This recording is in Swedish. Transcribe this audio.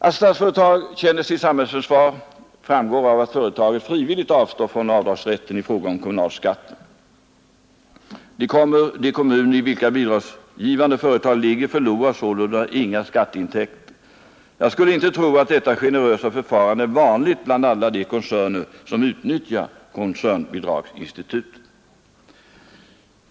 Att Statsföretag känner sitt samhällsansvar framgår av att företaget frivilligt avstår från avdragsrätten i fråga om kommunalskatten. De kommuner i vilka bidragsgivande företag ligger förlorar sålunda inga skatteintäkter. Jag skulle inte tro att detta generösa förfarande är vanligt bland alla de koncerner som utnyttjar koncernbidragsinstitutet.